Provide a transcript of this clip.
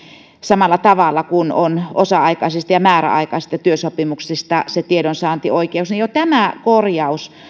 samalla tavalla kuin on osa aikaisista ja määräaikaisista työsopimuksista se tiedonsaantioikeus ja jo tämä korjaus